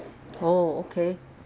oh okay